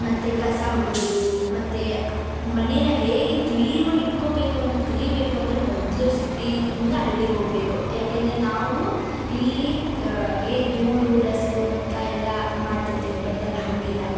ಮತ್ತು ಕಸ ಒಡ್ಗೋದು ಮತ್ತು ಮನೆನ ಹೇಗೆ ಕ್ಲೀನಾಗಿ ಇಟ್ಕೊಬೇಕು ಅನ್ನೋದು ಕಲೀಬೇಕು ಅಂದರೆ ಮೊದಲು ಸಿಟಿಯಿಂದ ಹಳ್ಳಿಗೆ ಹೋಗಬೇಕು ಯಾಕೆ ಅಂದರೆ ನಾವು ಇಲ್ಲಿ ಈ ಧೂಳು ಡಸ್ಕು ಅಂತ ಎಲ್ಲಾ ಮಾಡ್ತಿರ್ತೀವಿ ಬಟ್ ಅಲ್ಲಿ ಹಾಗಿಲ್ಲ